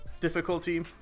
difficulty